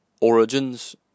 Origins